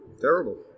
Terrible